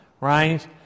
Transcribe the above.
Right